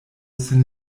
sin